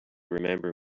remember